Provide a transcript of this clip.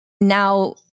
Now